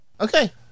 Okay